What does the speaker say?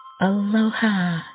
Aloha